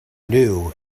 new